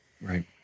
Right